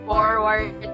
Forward